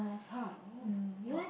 !huh! oh !wah!